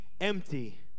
empty